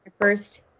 first